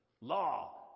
Law